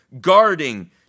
guarding